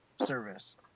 service